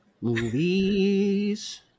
Movies